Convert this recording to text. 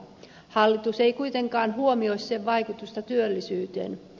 hallitus ei kuitenkaan huomioi sen vaikutusta työllisyyteen